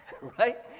right